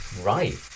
Right